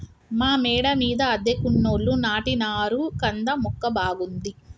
మా మేడ మీద అద్దెకున్నోళ్లు నాటినారు కంద మొక్క బాగుంది